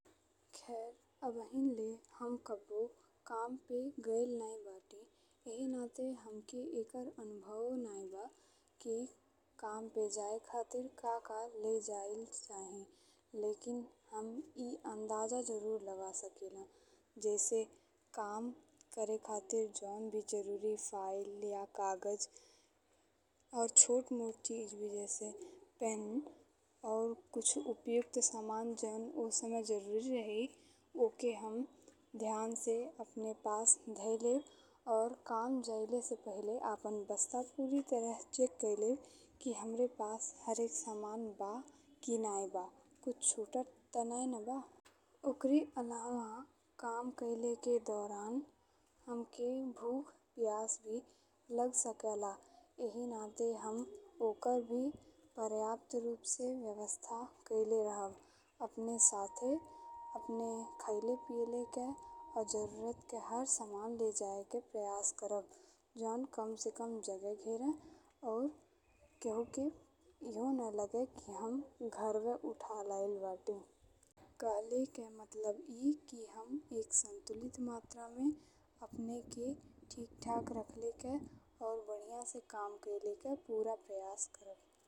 खैर अभी ले हम कब्बो काम पे गइल नाहीं बती एहि नाते हमके एकर अनुभवो नाहीं बा कि काम पे जाए खातिर का-का ले जाएल चाही। लेकिन हम ई अंदाजा जरूर लगा सकीला जैसे काम करे खातिर जौनि भी जरूरी फाइल या कागज और छोट मोट चीज भी जैसे पेन और कुछ उपयोगी सामान जौनि ओ समय जरूरी रही ओके हम ध्यान से अपने पास धई लेब और काम जाएले से पहिले अपन बस्ता पूरी तरह चेक कइ लेब कि हमरे पास हर एक सामान बा कि नाहीं बा। कुछ छूटल ते नाहीं न बा। ओकरे अलावा काम कईले के दौरान हमके भूख-पिआस भी लग सकेला। एहि नाते हम ओकर भी पर्याप्त रूप से व्यवस्था कईले रहब। अपने साथे अपने खाइले पिउले के और जरूरत के हर सामान ले जाएके प्रयास करब जौनि कम से कम जगह घेरे और केहू के एउ ना लागे कि हम घरवो उठा लइल बती। कहेले के मतलब ई कि हम एक संतुलित मात्रा में अपने के ठीक्-ठाक रखलेके और बढ़िया से काम कईलेके पूरा प्रयास करब।